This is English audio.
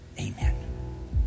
Amen